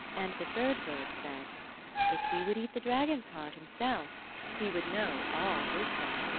and the third bird said if he would eat the dragon's heart himself he would know all wisdom.